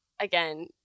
again